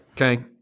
okay